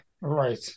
Right